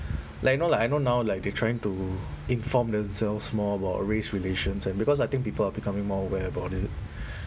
like you know like I know now like they're trying to inform themselves more about race relations and because I think people are becoming more aware about it